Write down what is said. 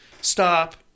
stop